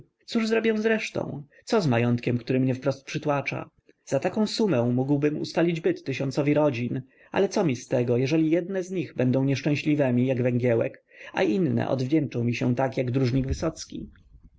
cóż zrobię z resztą co z majątkiem który mnie wprost przytłacza za taką sumę mógłbym ustalić byt tysiącowi rodzin ale co mi z tego jeżeli jedne z nich będą nieszczęśliwemi jak węgiełek a inne odwdzięczą mi się tak jak dróżnik wysocki